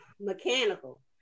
mechanical